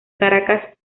caracas